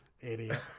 Idiot